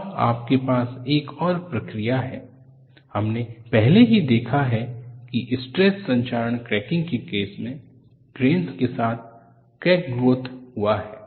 और आपके पास एक और प्रक्रिया है हमने पहले ही देखा है कि स्ट्रेस संक्षारण क्रैकिंग के केस में ग्रेन्स के साथ क्रैक ग्रोथ हुआ है